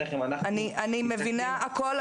אני מבינה הכל,